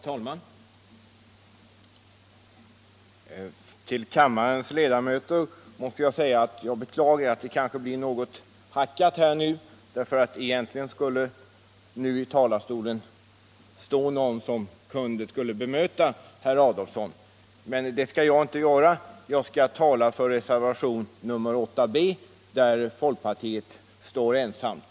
Herr talman! Till kammarens ledamöter måste jag säga att jag beklagar att debatten kanske blir något hackig, för i talarstolen borde nu egentligen stå någon som bemöter herr Adolfsson. Jag skall inte göra detta utan tänker tala för reservation 8 b, där folkpartiet står ensamt.